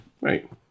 right